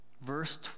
Verse